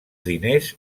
diners